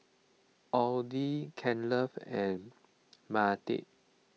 Audie Kenley and Mattye